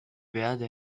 werde